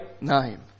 name